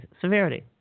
severity